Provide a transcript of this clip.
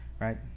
right